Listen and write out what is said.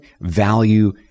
value